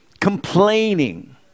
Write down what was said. Complaining